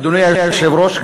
אדוני היושב-ראש,